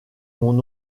mon